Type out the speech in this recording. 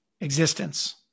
existence